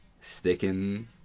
Sticking